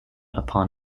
upon